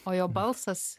o jo balsas